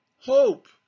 hope